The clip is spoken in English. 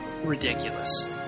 ridiculous